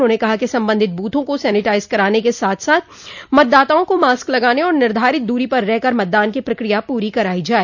उन्होंने कहा कि सम्बन्धित बूथों को सेनेटाइज कराने को साथ साथ मतदाताओं को मास्क लगाने और निर्धारित दूरी पर रहकर मतदान की प्रक्रिया पूरी करायी जाय